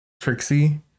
Trixie